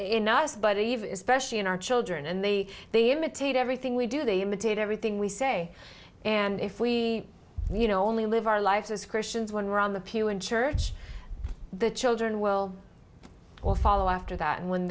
in us but even specially in our children and they they imitate everything we do they imitate everything we say and if we you know only live our life as christians when we're on the pew in church the children will all follow after that and when